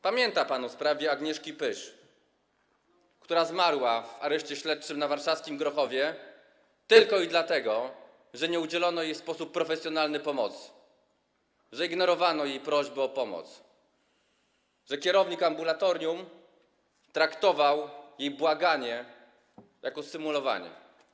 Pamięta pan o sprawie Agnieszki Pysz, która zmarła w areszcie śledczym na warszawskim Grochowie tylko dlatego, że nie udzielono jej w sposób profesjonalny pomocy, ignorowano jej prośby o pomoc, kierownik ambulatorium potraktował jej błaganie jako symulowanie.